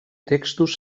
textos